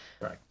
Right